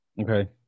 Okay